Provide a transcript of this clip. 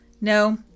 No